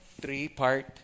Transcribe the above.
three-part